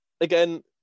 again